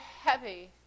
heavy